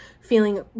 feeling